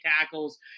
tackles